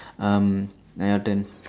um now your turn